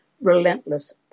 relentless